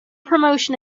promotion